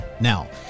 Now